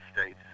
States